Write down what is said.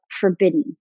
forbidden